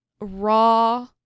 raw